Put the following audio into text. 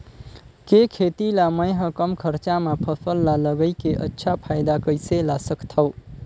के खेती ला मै ह कम खरचा मा फसल ला लगई के अच्छा फायदा कइसे ला सकथव?